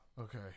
okay